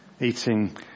Eating